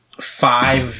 five